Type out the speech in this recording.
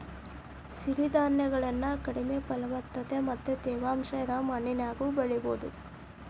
ಸಿರಿಧಾನ್ಯಗಳನ್ನ ಕಡಿಮೆ ಫಲವತ್ತತೆ ಮತ್ತ ತೇವಾಂಶ ಇರೋ ಮಣ್ಣಿನ್ಯಾಗು ಬೆಳಿಬೊದು